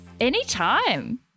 anytime